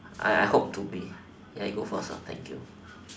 I I hope to be ya you go first thank you